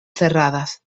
cerradas